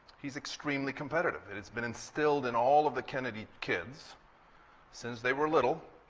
he's extremely competitive. and it's been instilled in all of the kennedy kids since they were little.